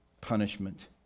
punishment